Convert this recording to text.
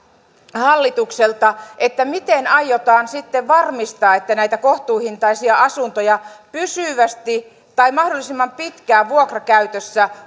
hallitukselta miten aiotaan sitten varmistaa että näitä kohtuuhintaisia asuntoja pysyvästi tai mahdollisimman pitkään vuokrakäytössä